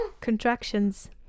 Contractions